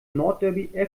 nordderby